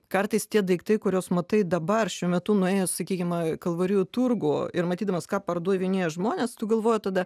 kartais tie daiktai kuriuos matai dabar šiuo metu nuėję sakykim kalvarijų turgų ir matydamas ką pardavinėja žmonės tu galvoji tada